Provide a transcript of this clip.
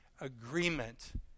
agreement